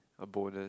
bonus